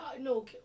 No